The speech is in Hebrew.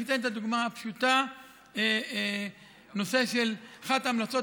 אני אתן את הדוגמה הפשוטה: אחת ההמלצות